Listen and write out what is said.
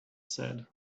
said